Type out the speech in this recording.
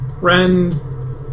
Ren